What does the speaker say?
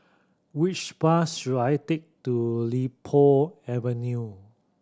which bus should I take to Li Po Avenue